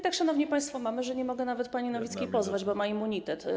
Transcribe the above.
Tak, szanowni państwo, jest, że nie mogę nawet pani Nowickiej pozwać, bo ma immunitet.